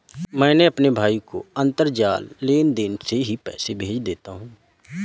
मैं अपने भाई को अंतरजाल लेनदेन से ही पैसे भेज देता हूं